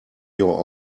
your